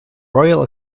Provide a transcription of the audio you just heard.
royal